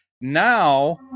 Now